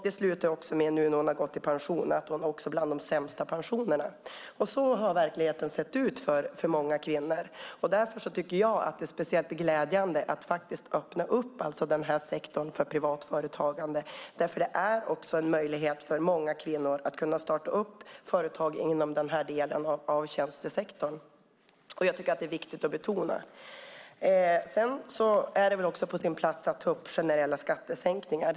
Det slutade också med, nu när hon har gått i pension, att hon har en av de sämsta pensionerna. Så har verkligheten sett ut för många kvinnor. Det är därför speciellt glädjande att öppna sektorn för privat företagande. Det är en möjlighet för många kvinnor att kunna starta företag inom den delen av tjänstesektor. Det är viktigt att betona det. Det är också på sin plats att ta upp generella skattesänkningar.